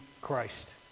Christ